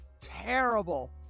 terrible